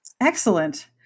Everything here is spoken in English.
Excellent